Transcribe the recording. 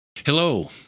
Hello